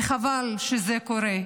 וחבל שזה קורה.